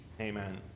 Amen